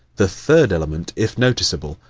the third element, if noticeable,